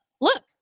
look